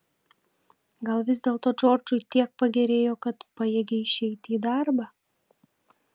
gal vis dėlto džordžui tiek pagerėjo kad pajėgė išeiti į darbą